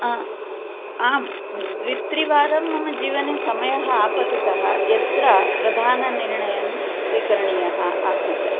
आं द्वित्रिवारं मम जीवने समयः आपतितः यत्र प्रधाननिर्णयं स्वीकरणीयः आसीत्